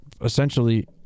essentially